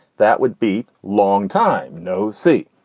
that would be long time no see.